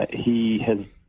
he said.